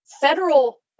federal